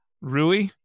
Rui